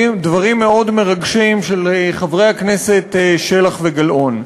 דברים מאוד מרגשים של חברי הכנסת שלח וגלאון,